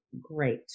great